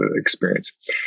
experience